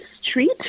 Street